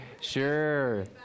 Sure